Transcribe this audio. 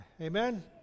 Amen